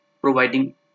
providing